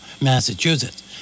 Massachusetts